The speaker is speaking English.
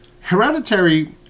Hereditary